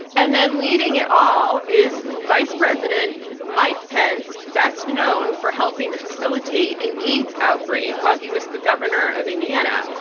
and then leading it all is vice president mike pence, best known for helping facilitate an aids outbreak while he was the governor of indiana.